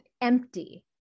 empty